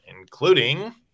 including